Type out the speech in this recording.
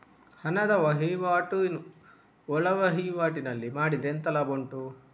ಹಣದ ವಹಿವಾಟು ಒಳವಹಿವಾಟಿನಲ್ಲಿ ಮಾಡಿದ್ರೆ ಎಂತ ಲಾಭ ಉಂಟು?